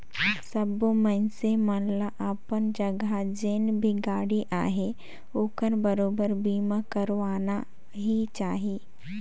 सबो मइनसे मन ल अपन जघा जेन भी गाड़ी अहे ओखर बरोबर बीमा करवाना ही चाही